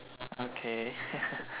okay